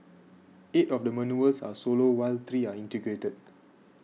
eight of the manoeuvres are solo while three are integrated